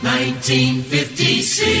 1956